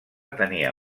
tenia